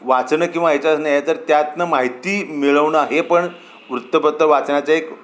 वाचणं किंवा ह्याच्यासा नाही आहे तर त्यातून माहिती मिळवणं हे पण वृत्तपत्र वाचण्याचं एक